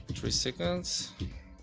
three secods.